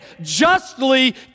justly